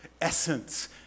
essence